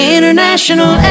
International